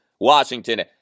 Washington